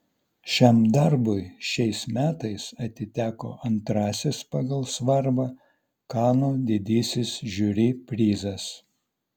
šiam darbui šiais metais atiteko antrasis pagal svarbą kanų didysis žiuri prizas